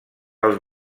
els